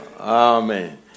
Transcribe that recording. Amen